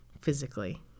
physically